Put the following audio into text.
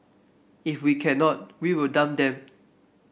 if we cannot we will dump them